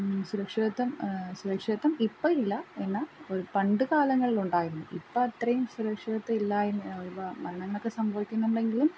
സുരക്ഷിതത്വം സുരക്ഷിതത്വം ഇപ്പം ഇല്ല എന്നാൽ പണ്ട് കാലങ്ങളിൽ ഉണ്ടായിരുന്നു ഇപ്പം അത്രയും സുരക്ഷിതത്വം ഇല്ല എന്ന് മരണ നിരക്ക് സംഭവിക്കുന്നുണ്ടങ്കിലും